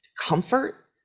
comfort